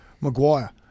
Maguire